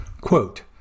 Quote